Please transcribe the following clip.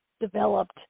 developed